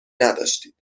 نداشتید